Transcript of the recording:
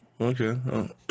okay